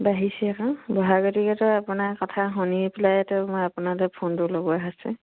বাঢ়িছে আকৌ বঢ়াৰ গতিকেতো আপোনাৰ কথা শুনি পেলাইতো মই আপোনালৈ ফোনটো লগোৱা হৈছে